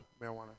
marijuana